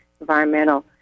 environmental